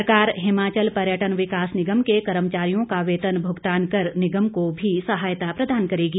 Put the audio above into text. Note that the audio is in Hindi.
सरकार हिमाचल पर्यटन विकास निगम के कर्मचारियों का वेतन भुगतान कर निगम को भी सहायता प्रदान करेगी